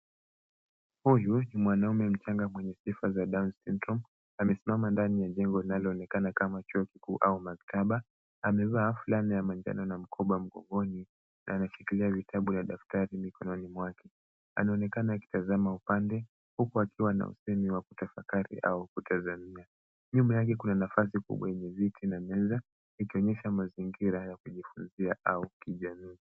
Huyu ni mwanamume mchanga mwenye sifa za down syndrome . Amesimama ndani ya jengo linaloonekana kama chuo kikuaa au maktaba. Amevaa fulana ya manjano na mkoba mgongoni na anashikilia vitabu ya daftari mikononi mwake. Anaonekana akitazama upande huku akiwa na usemi wa kutafakari au kutazamia. Nyuma yake kuna nafasi kubwa yenye viti na meza ikionyesha mazingira ya kujifunzia au kijamii.